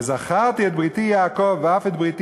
"וזכרתי את בריתי יעקוב ואף את בריתי